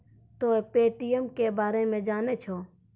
तोंय पे.टी.एम के बारे मे जाने छौं?